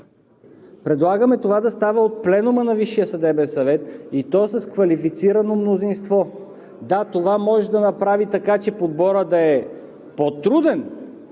Предлагаме това да става от пленума на Висшия съдебен съвет, и то с квалифицирано мнозинство. Да, това може да направи така, че подборът да е по-труден,